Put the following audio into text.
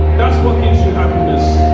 that's what gives you happiness